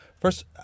First